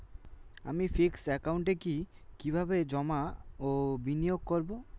আমি ফিক্সড একাউন্টে কি কিভাবে জমা ও বিনিয়োগ করব?